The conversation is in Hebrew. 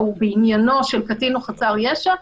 בעניינו של קטין או חסר ישע,